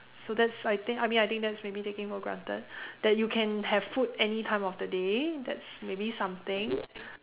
so that's I think I mean I think that's maybe taking for granted that you can have food anytime of the day that's maybe something